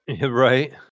Right